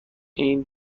این